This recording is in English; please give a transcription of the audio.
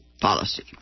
policy